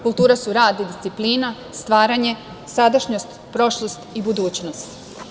Kultura su rad i disciplina, stvaranje, sadašnjost, prošlost i budućnost.